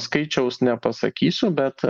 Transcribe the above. skaičiaus nepasakysiu bet